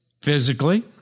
Physically